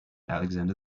alexander